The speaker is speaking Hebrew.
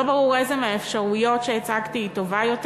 לא ברור איזו מהאפשרויות שהצגתי היא טובה יותר,